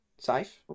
Safe